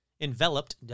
enveloped